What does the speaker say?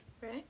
right